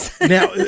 Now